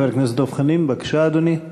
חבר הכנסת דב חנין, בבקשה, אדוני.